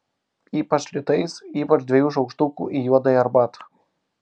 ypač rytais ypač dviejų šaukštukų į juodąją arbatą